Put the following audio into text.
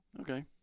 Okay